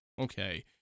Okay